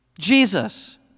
Jesus